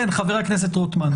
חבר הכנסת רוטמן.